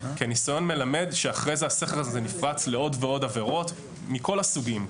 כי הניסיון מלמד שאחרי זה הסכר הזה נפרץ לעוד ועוד עבירות מכל הסוגים,